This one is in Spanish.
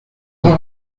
dos